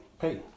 pay